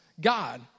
God